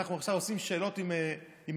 אנחנו עכשיו עושים שאלות עם מאזינים.